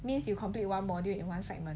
means you complete one module in one segment